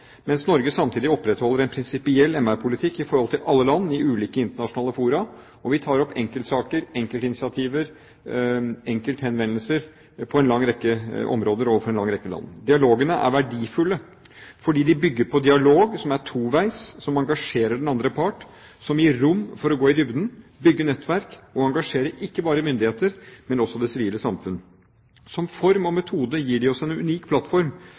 Samtidig opprettholder Norge en prinsipiell MR-politikk i forhold til alle land i ulike internasjonale fora, og vi tar opp enkeltsaker, enkeltinitiativer og enkelthenvendelser på en lang rekke områder overfor en lang rekke land. Dialogene er verdifulle fordi de bygger på dialog – som er toveis, som engasjerer den andre part, og som gir rom for å gå i dybden, bygge nettverk og engasjere ikke bare myndigheter, men også det sivile samfunn. Som form og metode gir de oss en unik plattform